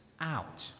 out